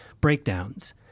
breakdowns